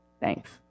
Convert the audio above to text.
Thanks